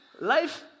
Life